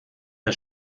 der